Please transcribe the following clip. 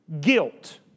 guilt